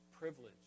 privilege